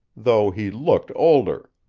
though he looked older.